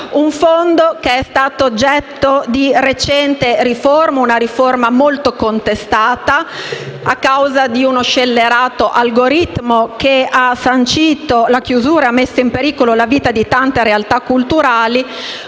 che è stato oggetto di una recente riforma, molto contestata a causa di uno scellerato algoritmo che ha sancito la chiusura e messo in pericolo la vita di tante realtà culturali;